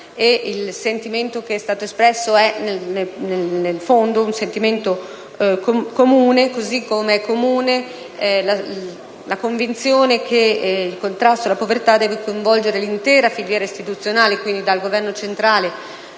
Il sentimento che è stato espresso è fondamentalmente comune, così come comune è la convinzione che il contrasto alla povertà debba coinvolgere l'intera filiera istituzionale, dal Governo centrale,